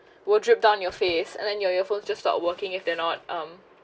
will drip down your face and then your earphone just stop working if they're not um